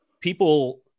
people